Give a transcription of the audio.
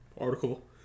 article